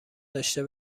داشته